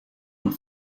und